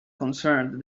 concerned